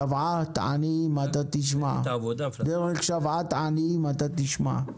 שוועת עניים אתה תשמע, דרך שוועת עניים אתה תשמע,